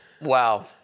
Wow